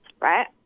right